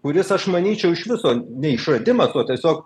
kuris aš manyčiau iš viso ne išradimas o tiesiog